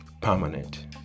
Permanent